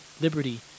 liberty